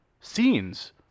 scenes